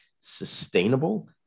sustainable